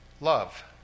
love